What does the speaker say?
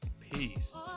peace